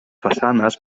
façanes